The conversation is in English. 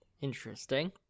Interesting